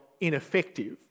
ineffective